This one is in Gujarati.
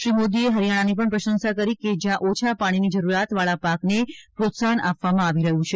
શ્રી મોદીએ હરીયાણાની પણ પ્રશંસા કરી કે જયાં ઓછા પાણીની જરૂરીયાતવાળા પાકને પ્રોત્સાહન આપવામાં આવી રહયું છે